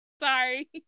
sorry